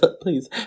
please